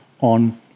on